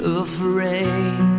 afraid